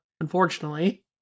unfortunately